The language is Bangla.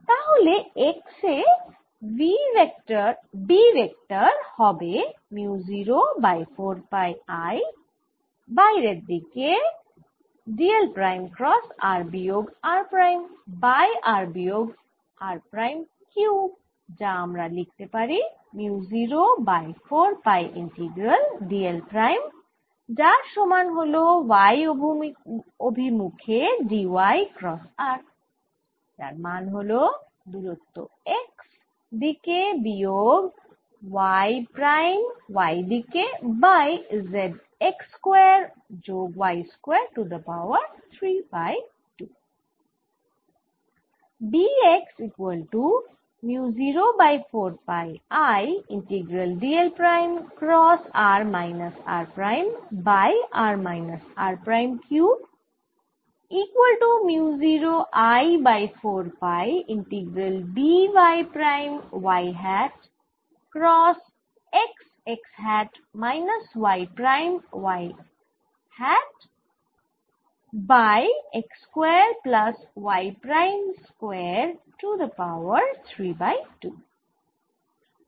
তাহলে x এ B ভেক্টর হবে মিউ 0 বাই 4 পাই I বাইরের দিকে d l prime cross r বিয়োগ r প্রাইম বাই r বিয়োগ r কিউব যা আমরা লিখতে পারি mu 0 by 4 pi integral d l prime যার সমান হল y অভিমুখে d y ক্রস r যার মান হল দুরত্ব x দিকে বিয়োগ y প্রাইম y দিকে বাই x স্কয়ার যোগ y square to the power 3 by 2